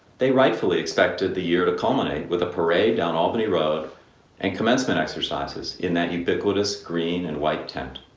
they rightfully expected the year to culminate with a parade down albany road and commencement exercises in that ubiquitous green and white tent.